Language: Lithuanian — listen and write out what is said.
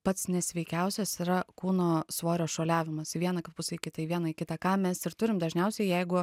pats nesveikiausias yra kūno svorio šuoliavimas į vieną pusę į kitą į vieną į kitą ką mes ir turim dažniausiai jeigu